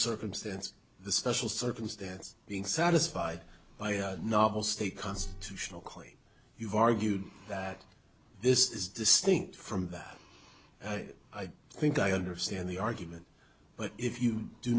circumstance the special circumstance being satisfied by a novel state constitutional claim you've argued that this is distinct from that i think i understand the argument but if you do